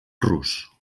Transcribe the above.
rus